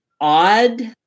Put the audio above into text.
odd